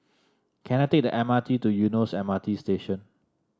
can I take the M R T to Eunos M R T Station